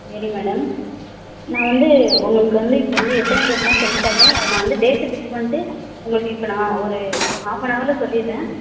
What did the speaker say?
சரி மேடம் நான் வந்து உங்களுக்கு வந்து இப்போது வந்து எத்தனை பேரெலாம் சொல்லிட்டேல்ல அதை நான் வந்து டேட்டு ஃபிக்ஸ் பண்ணிட்டு உங்களுக்கு இப்போ நான் ஒரு ஆஃப் அண்ட் ஹவரில் சொல்லிடறேன்